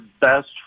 best